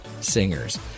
singers